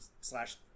slash